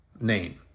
name